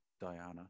Diana